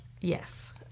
Yes